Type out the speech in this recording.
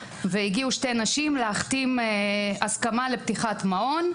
והגיעו שתי נשים להחתים הסכמה לפתיחת מעון.